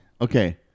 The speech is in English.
Okay